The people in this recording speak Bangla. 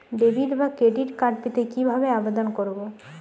ডেবিট বা ক্রেডিট কার্ড পেতে কি ভাবে আবেদন করব?